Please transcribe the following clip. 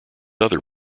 other